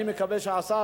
אני מקווה שהשר,